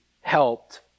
helped